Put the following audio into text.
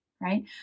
right